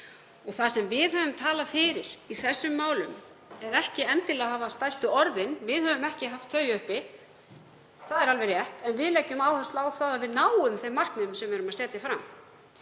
Það sem við höfum talað fyrir í þessum málum er ekki endilega að hafa stærstu orðin, við höfum ekki haft þau uppi, það er alveg rétt, en við leggjum áherslu á að við náum þeim markmiðum sem við setjum fram.